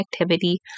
activity